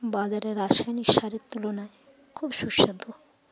বাজারে রাসায়নিক সারের তুলনায় খুব সুস্বাদু